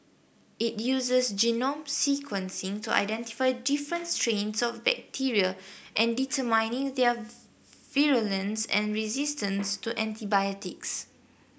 it uses genome sequencing to identify different strains of bacteria and determine their virulence and resistance to antibiotics